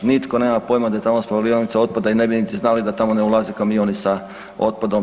Nitko nema pojma da je tamo spalionica otpada i ne bi niti znali da tamo ne ulaze kamioni sa otpadom.